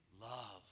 love